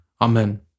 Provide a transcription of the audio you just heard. Amen